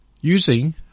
using